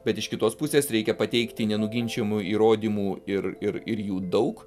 bet iš kitos pusės reikia pateikti nenuginčijamų įrodymų ir ir ir jų daug